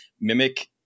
mimic